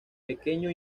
pequeño